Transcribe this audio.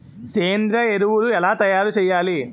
సేంద్రీయ ఎరువులు ఎలా తయారు చేయాలి?